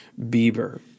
Bieber